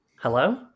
Hello